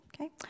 okay